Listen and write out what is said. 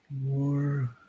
More